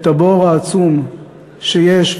את הבור העצום שיש,